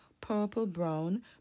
purple-brown